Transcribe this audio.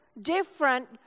different